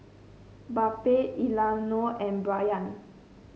Babette Emiliano and Brayan